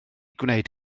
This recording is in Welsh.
gwneud